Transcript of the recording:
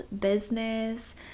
business